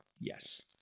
yes